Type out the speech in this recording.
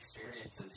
experiences